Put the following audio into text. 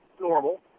normal